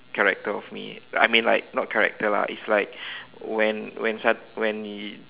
character of me I mean like not character lah it's like when when sud~ when y~